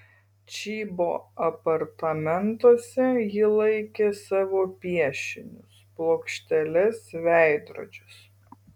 čybo apartamentuose ji laikė savo piešinius plokšteles veidrodžius